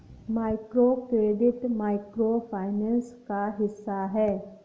microcredit microfinance का हिस्सा है